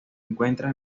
encuentra